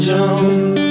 June